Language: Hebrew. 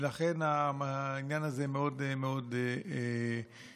ולכן העניין הזה מאוד מאוד חמור.